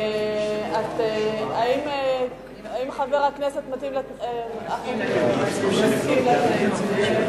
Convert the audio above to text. האם חבר הכנסת טיבי מסכים לתנאים?